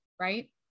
right